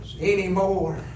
anymore